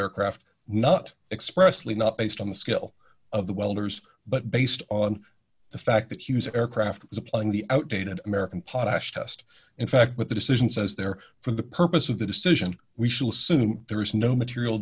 aircraft not expressly not based on the skill of the welders but based on the fact that he was aircraft supplying the outdated american potash test in fact what the decision says there for the purpose of the decision we shall soon there is no material